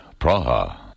Praha